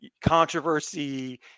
controversy